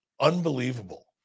unbelievable